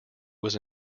was